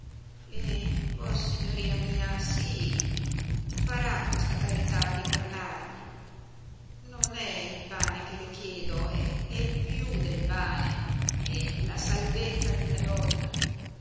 e vossignoria mia sí farà questa carità di parlargli non è il pane che le chiedo è piú del pane è la salvezza di una donna